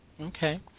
Okay